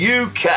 UK